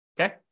Okay